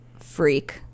freak